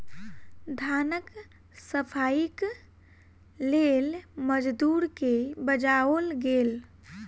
धानक सफाईक लेल मजदूर के बजाओल गेल